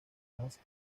más